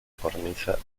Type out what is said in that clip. cornisa